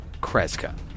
Kreska